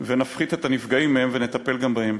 ונפחית את הנפגעים ונטפל גם בהם.